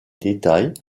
détails